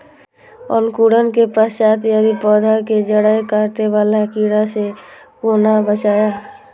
अंकुरण के पश्चात यदि पोधा के जैड़ काटे बाला कीट से कोना बचाया?